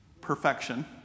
perfection